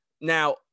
now